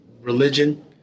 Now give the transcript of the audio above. religion